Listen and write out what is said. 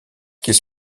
qu’ils